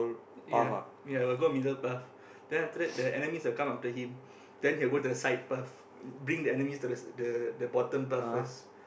ya ya we will go middle path then after that the enemies will come after him then he will go to the side path bring the enemies to the the bottom path first